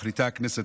מחליטה הכנסת,